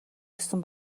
гэсэн